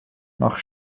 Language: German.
nach